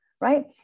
right